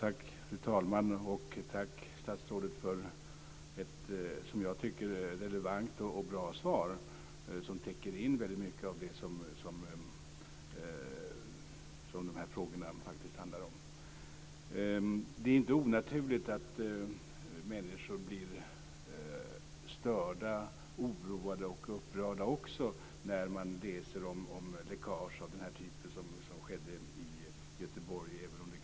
Fru talman! Tack statsrådet för ett, som jag tycker, relevant och bra svar som täcker in väldigt mycket av det som de här frågorna faktiskt handlar om! Det är inte onaturligt att människor blir störda, oroade och upprörda när de läser om läckage av den typ som skedde i Göteborg.